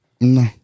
No